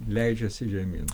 leidžiasi žemyn